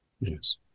yes